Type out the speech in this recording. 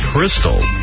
Crystal